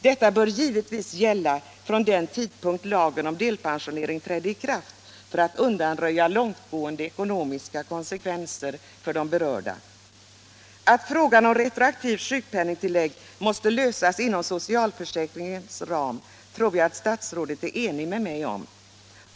Detta bör givetvis gälla från den tidpunkt lagen om delpensionering trädde i kraft för att undanröja långtgående ekonomiska konsekvenser för de berörda. Att frågan om retroaktivt sjukpenningtillägg måste lösas inom socialförsäkringens lag tror jag att statsrådet är enig med mig om.